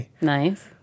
Nice